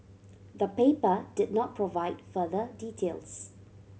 the paper did not provide further details